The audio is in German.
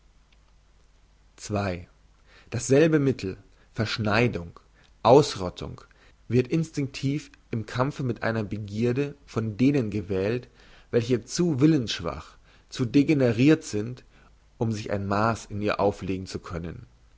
dasselbe mittel verschneidung ausrottung wird instinktiv im kampfe mit einer begierde von denen gewählt welche zu willensschwach zu degenerirt sind um sich ein maass in ihr auflegen zu können